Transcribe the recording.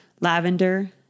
lavender